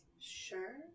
Sure